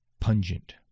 pungent